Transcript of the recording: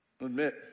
Admit